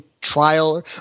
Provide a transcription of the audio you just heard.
trial